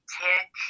tick